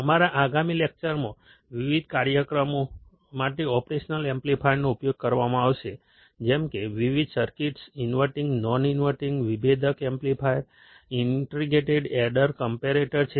અમારા આગામી લેકચરમાં વિવિધ કાર્યક્રમો માટે ઓપરેશનલ એમ્પ્લીફાયરનો ઉપયોગ કરવામાં આવશે જેમ કે વિવિધ સર્કિટ્સ ઇન્વર્ટીંગ નોન ઇન્વર્ટીંગ વિભેદક એમ્પ્લીફાયર ઇન્ટિગ્રેટર એડર કમ્પરેટર છે